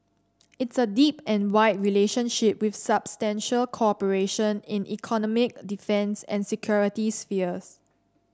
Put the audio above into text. it's a deep and wide relationship with substantial cooperation in economic defence and security spheres